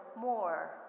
more